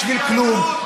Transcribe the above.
בשביל כלום.